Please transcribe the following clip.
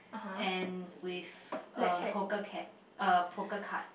and with a poker card a poker card